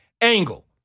angle